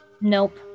Nope